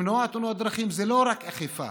למנוע תאונות זה לא רק אכיפה,